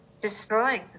destroying